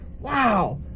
Wow